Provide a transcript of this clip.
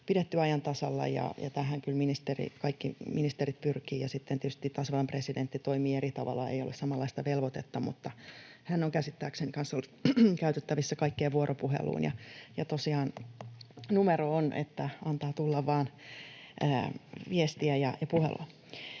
ryhmän ajan tasalla. Tähän kyllä kaikki ministerit pyrkivät. Sitten tietysti tasavallan presidentti toimii eri tavalla, ei ole samanlaista velvoitetta, mutta hän on käsittääkseni kanssa ollut käytettävissä kaikkien vuoropuheluun, ja tosiaan numero on, että antaa tulla vaan viestiä ja puhelua.